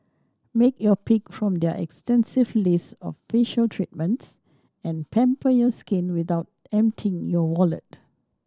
make your pick from their extensive list of facial treatments and pamper your skin without emptying your wallet